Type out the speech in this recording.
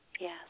yes